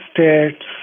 States